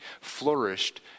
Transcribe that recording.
flourished